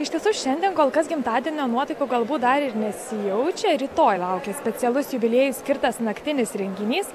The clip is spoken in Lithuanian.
iš tiesų šiandien kol kas gimtadienio nuotaika galbūt dar ir nesijaučia rytoj laukia specialus jubiliejui skirtas naktinis renginys